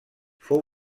fou